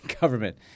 government